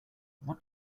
what